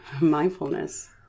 mindfulness